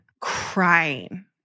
crying